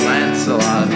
Lancelot